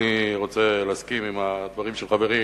אני רוצה להסכים לדברים של חברי